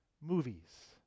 movies